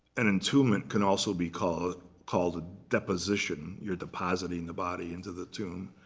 an entombment can also be called called a deposition. you're depositing the body into the tomb.